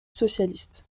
socialiste